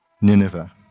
Nineveh